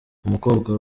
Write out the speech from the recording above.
umukobwa